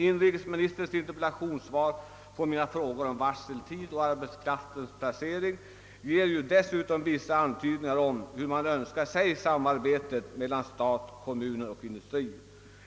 Inrikesministerns svar på mina frågor om varseltid och arbetskraftens placering ger dessutom vissa antydningar om hur man önskar sig samarbetet mellan stat, kommuner och industrier.